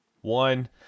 one